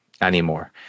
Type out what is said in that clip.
anymore